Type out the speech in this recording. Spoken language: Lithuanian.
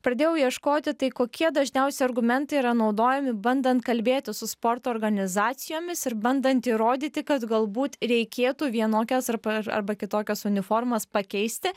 pradėjau ieškoti tai kokie dažniausiai argumentai yra naudojami bandant kalbėtis su sporto organizacijomis ir bandant įrodyti kad galbūt reikėtų vienokias ar pa arba kitokias uniformas pakeisti